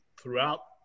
throughout